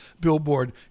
billboard